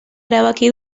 erabaki